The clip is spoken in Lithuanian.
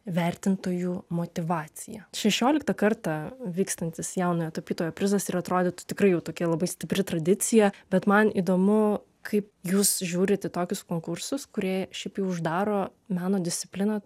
vertintojų motyvacija šešioliktą kartą vykstantis jaunojo tapytojo prizas ir atrodytų tikrai jau tokia labai stipri tradicija bet man įdomu kaip jūs žiūrit į tokius konkursus kurie šiaip jau uždaro meno discipliną